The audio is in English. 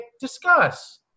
discuss